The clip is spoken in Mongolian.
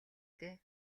дээ